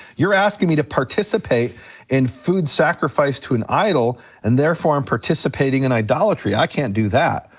you're asking me to participate in food sacrifice to an idol and therefore i'm participating in idolatry, i can't do that.